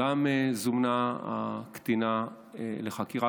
גם זומנה הקטינה לחקירה.